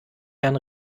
herrn